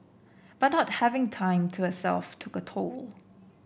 but not having time to herself took a toll